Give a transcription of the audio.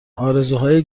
آرزوهای